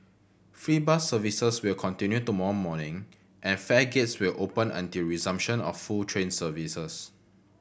free bus services will continue tomorrow morning and fare gates will open until resumption of full train services